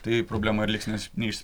tai problema ir liks nes neišs